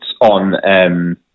on